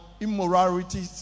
immorality